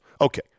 Okay